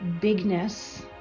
bigness